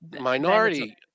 Minority